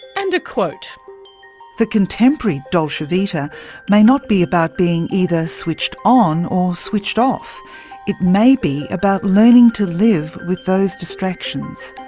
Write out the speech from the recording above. and a quote the contemporary dolce vita may not be about being either switched on or switched off it may be about learning to live with those distractions.